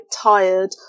tired